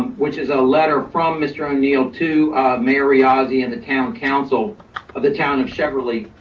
which is a letter from mr. o'neil to mayor riazi and the town council of the town of cheverly,